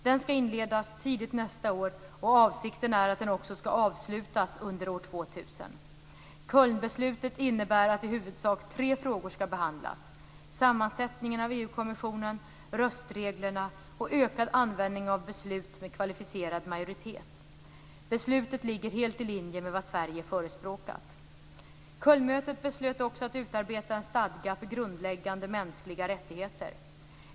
Den skall inledas tidigt nästa år, och avsikten är att den också skall avslutas under år 2000. Kölnbeslutet innebär att i huvudsak tre frågor skall behandlas: sammansättningen av EU-kommissionen, röstreglerna och ökad användning av beslut med kvalificerad majoritet. Beslutet ligger helt i linje med vad Sverige förespråkat. Kölnmötet beslöt också att utarbeta en stadga för grundläggande mänskliga rättigheter.